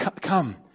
come